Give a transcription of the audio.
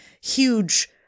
huge